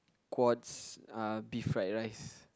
courts uh beef fried rice